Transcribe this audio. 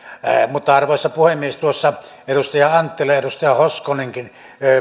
arvoisa puhemies edustaja anttila ja edustaja hoskonenkin